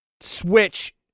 Switch